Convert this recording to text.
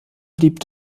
blieb